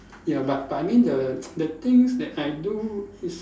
ya but but I mean the the things that I do is